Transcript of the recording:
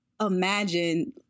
imagine